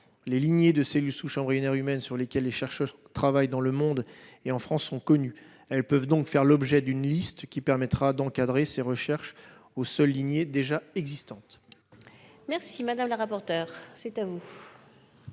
Les lignées de cellules souches embryonnaires humaines sur lesquelles les chercheurs travaillent dans le monde et en France sont connues. Elles peuvent donc faire l'objet d'une liste, qui permettra de limiter ces recherches aux seules lignées déjà existantes. Quel est l'avis